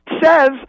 says